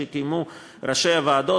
שקיימו ראשי הוועדות,